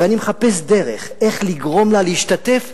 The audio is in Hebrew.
ואני מחפש דרך איך לגרום לה להשתתף,